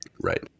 Right